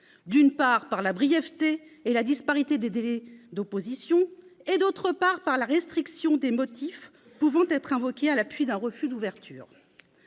d'une part, par la brièveté et la disparité des délais d'opposition et, d'autre part, par la restriction des motifs pouvant être invoqués à l'appui d'un refus d'ouverture.